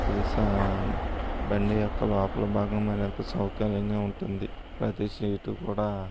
ఇది సా బండి యొక్క లోపల భాగం మరీ అంత సౌకర్యంగా ఉంటుంది ప్రతీ సీటు కూడా